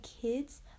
kids